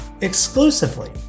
exclusively